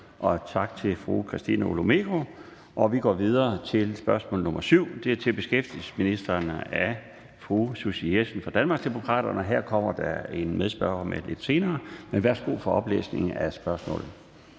og til fru Christina Olumeku. Vi går videre til spørgsmål nr. 7. på dagsordenen. Det er til beskæftigelsesministeren af fru Susie Jessen fra Danmarksdemokraterne. Her kommer der en medspørger med lidt senere. Kl. 13:38 Spm. nr.